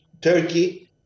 Turkey